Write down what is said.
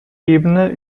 ebene